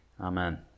Amen